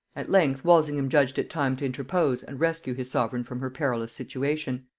at length walsingham judged it time to interpose and rescue his sovereign from her perilous situation.